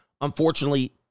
Unfortunately